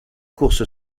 course